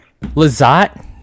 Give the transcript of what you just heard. Lazat